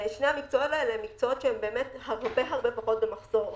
שני המקצועות האלה הם מקצועות שהם הרבה פחות במחסור.